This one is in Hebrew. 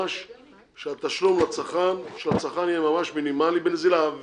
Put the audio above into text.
שהתשלום של הצרכן יהיה ממש מינימלי בנזילה.